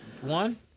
One